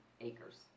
acres